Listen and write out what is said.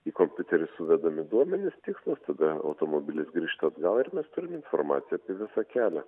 į kompiuterį suvedami duomenys tikslūs tada automobilis grįžta atgal ir mes turim informaciją apie visą kelią